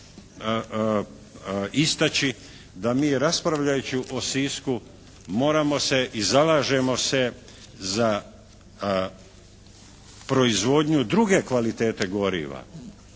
istaći da mi raspravljajući o Sisku moramo se i zalažemo se za proizvodnju druge kvalitete goriva,